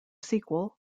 sequel